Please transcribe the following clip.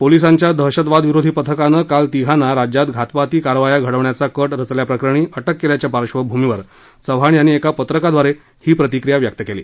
पोलिसांच्या दहशतवादविरोधी पथकानं काल तिघांना राज्यात घातपाती कारवाया घडवण्याचा कट रचल्याप्रकरणी अटक केल्याच्या पार्श्वभूमीवर चव्हाण यांनी एका पत्रकाद्वारे ही प्रतिक्रिया व्यक्त केली